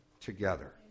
together